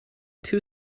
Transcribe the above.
two